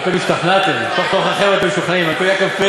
אתם השתכנעתם, בתוך תוככם אתם משוכנעים.